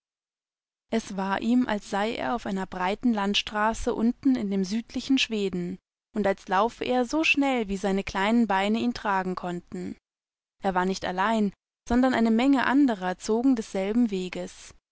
es war ihm als sei er auf einer breiten landstraße unten in dem südlichen schweden und als laufe er so schnell wie seine kleinen beine ihn tragen konnten er war nicht allein sondern eine menge anderer zogen desselben weges